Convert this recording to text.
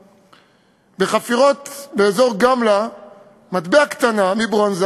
בחפירות באזור גמלא מטבע קטן מברונזה